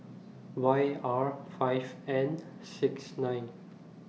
Y R five N six nine